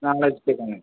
നാളെ എത്തിച്ചേക്കാം